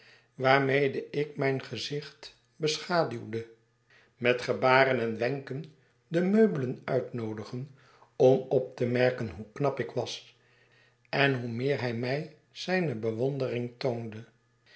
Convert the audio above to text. waarmede ik mijn gezicht beschaduwde met gebaren en wenken de meubelen uitnoodigen om op te merken hoe knap ik was en hoe meer hij mij zijne bewondering toonde